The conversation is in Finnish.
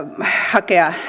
hakea